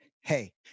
hey